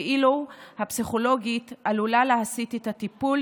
ואילו הפסיכולוגית עלולה להסיט את הטיפול